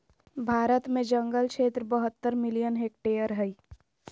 भारत में जंगल क्षेत्र बहत्तर मिलियन हेक्टेयर हइ